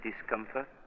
discomfort